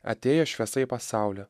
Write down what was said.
atėjo šviesa į pasaulį